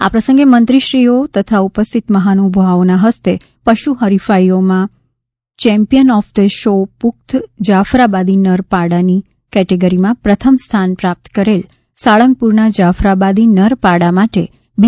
આ પ્રસંગે મંત્રીશ્રીઓ તથા ઉપસ્થિત મહાનુભાવોના હસ્તે પશુ હરિફાઈમાં ચેમ્પીયન ઓફ ધ શો પુખ્ત જાફરાબાદી નર પાડાની કેટેગરીમાં પ્રથમ સ્થાન પ્રાપ્ત કરેલ સાળંગપુરના જાફરાબાદી નર પાડા માટે બી